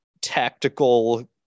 tactical